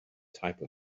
type